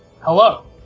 Hello